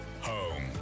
home